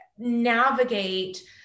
navigate